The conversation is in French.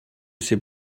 ces